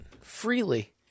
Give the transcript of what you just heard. freely